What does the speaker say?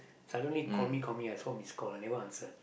suddenly call me call me I saw missed call I never answer